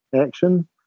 action